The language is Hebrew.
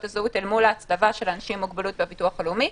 הזהות אל מול הצלבה של אנשים עם מוגבלויות מהביטוח הלאומי,